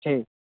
ਠੀਕ